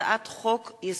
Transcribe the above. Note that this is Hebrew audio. וכלה בהצעת חוק מס'